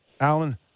Alan